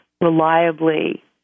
reliably